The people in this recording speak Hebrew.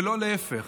ולא להפך.